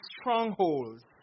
strongholds